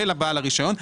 ולבעל הרישיון,